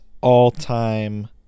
all-time